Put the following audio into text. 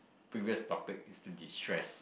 previous topic is to destress